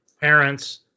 parents